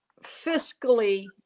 fiscally